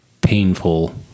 painful